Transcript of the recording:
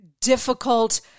difficult